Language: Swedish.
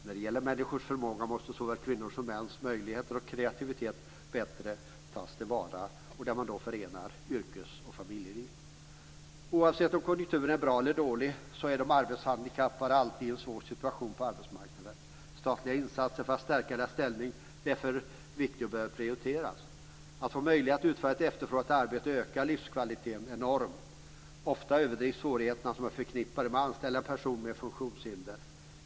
När det gäller människors förmåga måste såväl kvinnors som mäns möjligheter och kreativitet bättre tas till vara liksom möjligheten att förena yrkes och familjeliv. Oavsett om konjunkturen är bra eller dålig är de arbetshandikappade alltid i en svår situation på arbetsmarknaden. Statliga insatser för att stärka deras ställning är därför viktiga och bör prioriteras. Att få möjlighet att utföra ett efterfrågat arbete ökar livskvaliteten enormt. Ofta överdrivs svårigheterna som är förknippade med att anställa en person med funktionshinder.